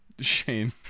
Shane